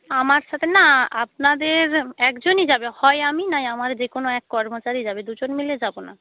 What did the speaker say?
আমার সাথে না আপনাদের একজনই যাবে হয় আমি নয় আমার যে কোনো এক কর্মচারী যাবে দুজন মিলে যাব না